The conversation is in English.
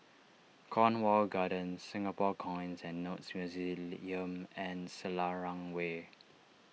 Cornwall Gardens Singapore Coins and Notes and Selarang Way